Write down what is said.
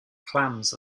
clams